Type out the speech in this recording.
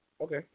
Okay